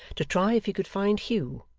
to try if he could find hugh,